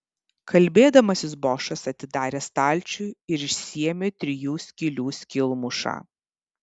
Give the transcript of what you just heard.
kalbėdamasis bošas atidarė stalčių ir išsiėmė trijų skylių skylmušą